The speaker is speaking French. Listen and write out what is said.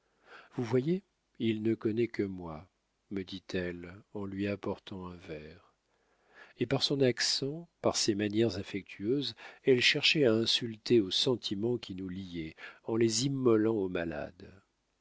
vous voyez il ne connaît que moi me dit-elle en lui apportant un verre et par son accent par ses manières affectueuses elle cherchait à insulter aux sentiments qui nous liaient en les immolant au malade